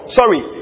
sorry